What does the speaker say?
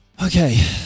Okay